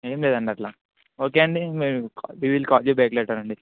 ఏం లేదండి అట్లా ఓకే అండి మీరు we will call you back later అండి